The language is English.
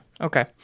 Okay